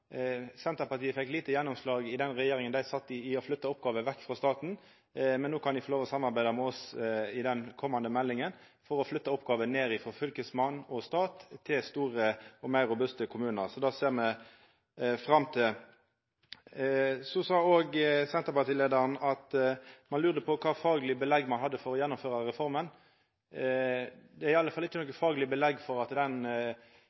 Senterpartiet fekk lite gjennomslag i den regjeringa dei sat i, for å flytta oppgåver vekk frå staten, men no kan dei få lov til å samarbeida med oss i den komande meldinga for å flytta oppgåver ned frå fylkesmann og stat til store og meir robuste kommunar. Det ser me fram til. Senterparti-leiaren sa òg at han lurte på kva fagleg belegg me hadde for å gjennomføra reforma. Det er iallfall ikkje noko fagleg belegg for at den